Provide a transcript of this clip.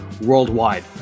worldwide